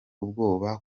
ubwoba